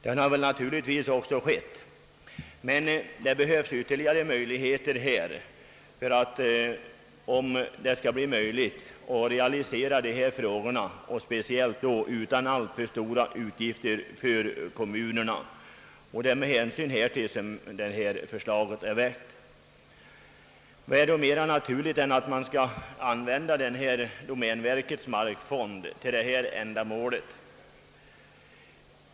En sådan har naturligtvis inletts, men en ytterligare vidgning kräves, om det skall bli möjligt att realisera önskemålen utan alltför stora utgifter för kommunerna. Det är med hänsyn härtill vårt förslag har lagts fram. Vad är mer naturligt än att använda domänverkets markfond för detta ändamål?